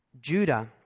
Judah